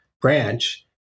branch